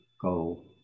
Go